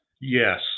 Yes